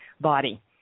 body